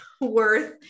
worth